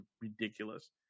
ridiculous